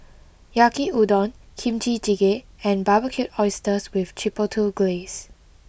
Yaki Udon Kimchi Jjigae and Barbecued Oysters with Chipotle Glaze